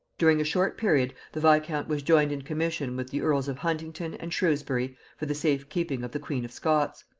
during a short period the viscount was joined in commission with the earls of huntingdon and shrewsbury for the safe keeping of the queen of scots.